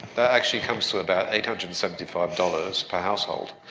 that actually comes to about eight hundred and seventy five dollars per household.